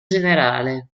generale